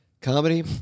Comedy